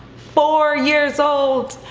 four years old,